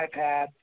iPad